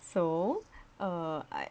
so err I